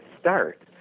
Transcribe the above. start